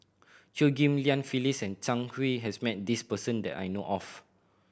Chew Ghim Lian Phyllis and Zhang Hui has met this person that I know of